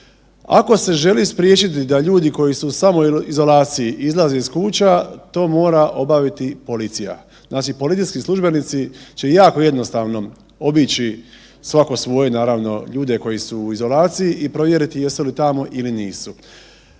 Ako se želi spriječiti da ljudi koji su u samoizolaciji izlaze iz kuća to mora obaviti policija. Znači, policijski službenici će jako jednostavnom obići svako svoje naravno ljude koji su u izolaciji i provjeriti jesu li tamo ili nisu.